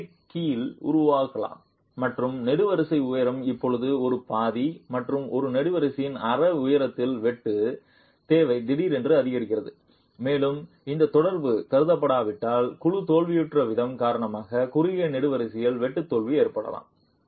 plastic கீல் உருவாகலாம் மற்றும் நெடுவரிசை உயரம் இப்போது ஒரு பாதி மற்றும் ஒரு நெடுவரிசையின் அரை உயரத்தில் வெட்டு தேவை திடீரென அதிகரிக்கிறது மேலும் இந்த தொடர்பு கருதப்படாவிட்டால் குழு தோல்வியுற்ற விதம் காரணமாக குறுகிய நெடுவரிசையில் வெட்டு தோல்வி ஏற்படலாம்